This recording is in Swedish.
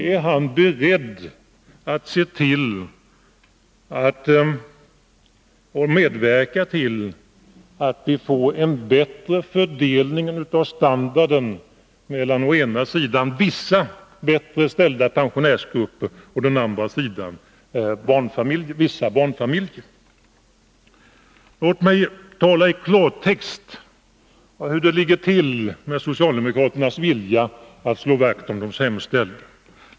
Är han beredd att medverka till att vi får en bättre fördelning av standarden mellan å ena sidan vissa bättre ställda pensionärsgrupper och å den andra sidan vissa barnfamiljer? Låt mig tala i klartext. Hur ligger det till med socialdemokraternas vilja att slå vakt om de sämst ställda?